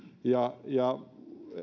ja ja